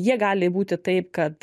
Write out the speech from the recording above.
jie gali būti taip kad